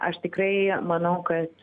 aš tikrai manau kad